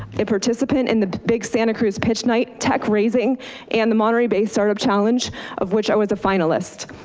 a participant in the big santa cruz pitch night tech raising and the monterey bay startup challenge of which i was a finalist.